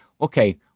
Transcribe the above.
Okay